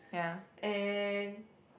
and